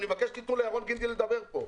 ואני מבקש שתיתנו לירון גינדי לדבר פה.